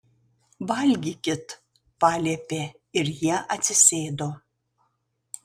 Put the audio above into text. valgykit paliepė ir jie atsisėdo